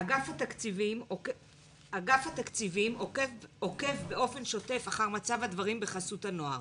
אגף התקציבים עוקב באופן שוטף אחר מצב הדברים בחסות הנוער,